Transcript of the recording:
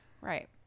Right